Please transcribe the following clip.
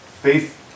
Faith